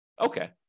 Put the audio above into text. Okay